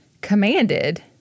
commanded